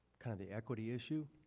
kind of the equity issue?